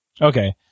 okay